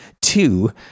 two